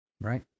Right